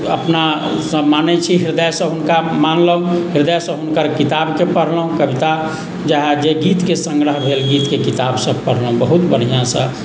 अपनासभ मानैत छी हृदयसँ हुनका मानलहुँ हृदयसँ हुनकर किताबके पढ़लहुँ कविता चाहे जे गीतके संग्रह भेल गीतके किताबसभ पढ़लहुँ बहुत बढ़िआँसँ